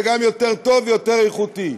זה גם יותר טוב ויותר איכותי.